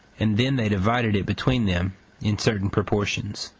and then they divided it between them in certain proportions.